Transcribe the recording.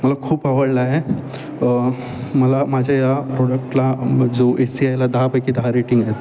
मला खूप आवडलाय मला माझ्या या प्रोडक्टला जो एसीआयला दहा पैकी दहा रेटिंग